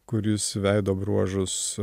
kuris veido bruožus